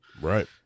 Right